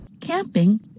Camping